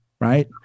right